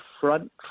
front